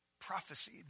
prophecy